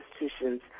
institutions